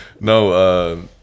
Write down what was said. No